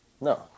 No